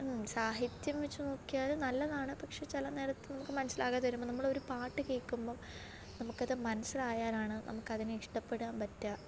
സാഹിത്യം വച്ചു നോക്കിയാലും നല്ലതാണ് പക്ഷേ ചില നേരത്ത് നമുക്ക് മനസ്സിലാകാതെ വരുമ്പോൾ നമ്മളൊരു പാട്ട് കേൾക്കുമ്പം നമുക്കത് മനസ്സിലായാലാണ് നമുക്കതിനെ ഇഷ്ടപ്പെടാൻ പറ്റുക